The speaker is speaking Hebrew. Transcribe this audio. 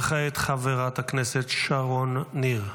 וכעת, חברת הכנסת שרון ניר.